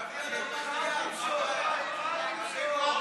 קבוצת סיעת הרשימה המשותפת וקבוצת